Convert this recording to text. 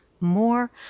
more